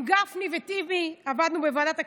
עם גפני וטיבי עבדנו בוועדת הכספים.